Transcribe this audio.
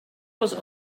was